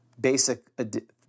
basic